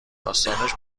داستانش